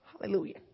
Hallelujah